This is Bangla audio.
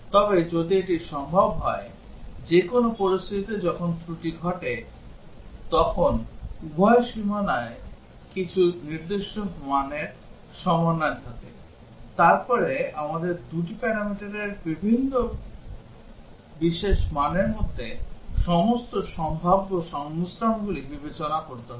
তবে যদি এটি সম্ভব হয় যে কোনও পরিস্থিতিতে যখন ত্রুটি ঘটে তখন উভয় সীমানায় কিছু নির্দিষ্ট মানের মানের সমন্বয় থাকে তারপরে আমাদের 2 টি প্যারামিটারের বিভিন্ন বিশেষ মানের মধ্যে সমস্ত সম্ভাব্য সংমিশ্রণগুলি বিবেচনা করতে হবে